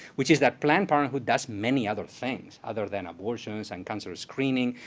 which is that planned parenthood does many other things other than abortions and cancer screening.